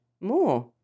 More